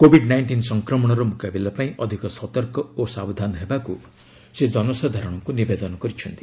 Covid nineteen ସଂକ୍ରମଣର ମୁକାବିଲା ପାଇଁ ଅଧିକ ସତର୍କ ଓ ସାବଧାନ ହେବାକୁ ସେ ଜନସାଧାରଣଙ୍କୁ ନିବେଦନ କରିଛନ୍ତି